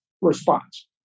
response